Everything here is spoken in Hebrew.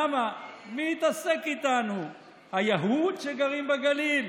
למה, מי יתעסק איתנו, היהוד שגרים בגליל?